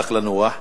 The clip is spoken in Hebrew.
הלך לנוח.